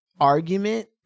argument